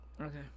Okay